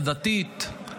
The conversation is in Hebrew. הדתית,